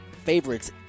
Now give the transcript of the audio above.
favorites